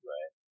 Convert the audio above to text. Right